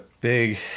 big